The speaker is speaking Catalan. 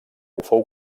fou